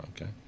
Okay